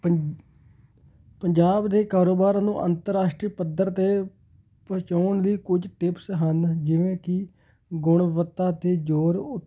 ਪੰ ਪੰਜਾਬ ਦੇ ਕਾਰੋਬਾਰਾਂ ਨੂੰ ਅੰਤਰਰਾਸ਼ਟਰੀ ਪੱਧਰ 'ਤੇ ਪਹੁੰਚਾਉਣ ਲਈ ਕੁਝ ਟਿਪਸ ਹਨ ਜਿਵੇਂ ਕਿ ਗੁਣਵੱਤਾ 'ਤੇ ਜ਼ੋਰ